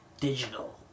Digital